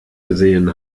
gesehen